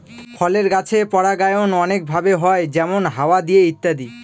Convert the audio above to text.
ফলের গাছের পরাগায়ন অনেক ভাবে হয় যেমন হাওয়া দিয়ে ইত্যাদি